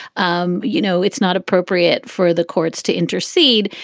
um you know, it's not appropriate for the courts to intercede.